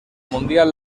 mundial